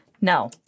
No